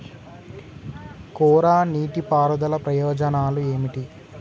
కోరా నీటి పారుదల ప్రయోజనాలు ఏమిటి?